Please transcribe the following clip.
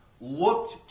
looked